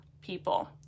people